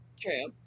True